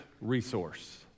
resource